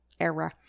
era